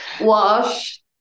wash